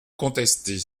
contesté